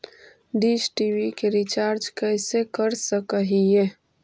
Dish TV के recharge कैसे कर सक हिय?